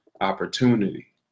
opportunity